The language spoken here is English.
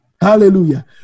Hallelujah